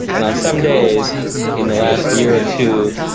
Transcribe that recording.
and on some days in the last year or two,